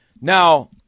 Now –